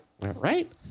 Right